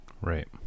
right